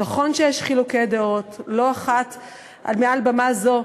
נכון שיש לא אחת חילוקי דעות מעל במה זו,